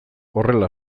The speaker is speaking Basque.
horrela